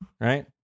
right